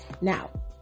now